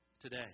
today